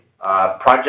Project